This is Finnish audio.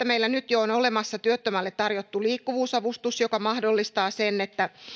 meillä nyt jo on olemassa työttömälle tarjottu liikkuvuusavustus joka mahdollistaa sen että